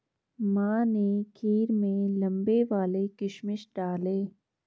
माँ ने खीर में लंबे वाले किशमिश डाले